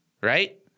right